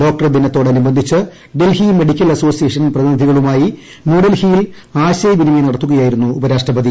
doctor ദിനത്തോടനുബ്സ്സിച്ച് Delhi medical association പ്രതിനിധിക്ളുമായി ന്യൂഡൽഹിയിൽ ആശയവിനിമയം നടത്തുകയായ്ടിരുന്നു് ഉപരാഷ്ട്രപതി